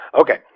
Okay